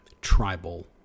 tribal